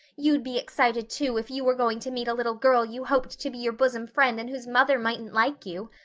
you'd be excited, too, if you were going to meet a little girl you hoped to be your bosom friend and whose mother mightn't like you,